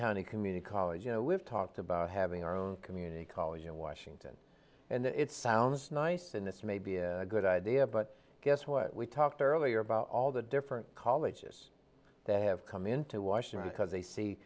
county community college you know we've talked about having our own community college in washington and it sounds nice and this may be a good idea but guess what we talked earlier about all the different colleges that have come into washington because they see